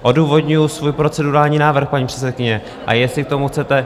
Odůvodňuji svůj procedurální návrh, paní předsedkyně, a jestli k tomu chcete...